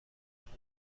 توی